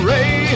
Ray